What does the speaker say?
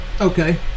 Okay